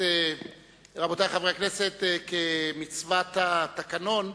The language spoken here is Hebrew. כי הונח אתמול נוסח מתוקן של הצעת חוק לעידוד השקעות הון (תיקון,